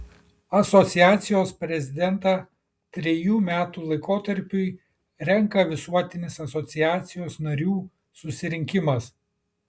asociacijos prezidentą trejų metų laikotarpiui renka visuotinis asociacijos narių susirinkimas